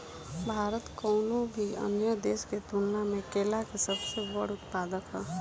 भारत कउनों भी अन्य देश के तुलना में केला के सबसे बड़ उत्पादक ह